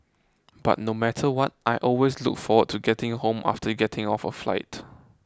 but no matter what I always look forward to getting home after getting off a flight